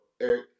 Eric